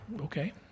Okay